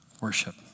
worship